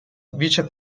vice